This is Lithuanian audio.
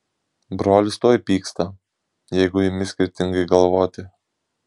brolis tuoj pyksta jeigu imi skirtingai galvoti